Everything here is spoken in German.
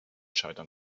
scheitern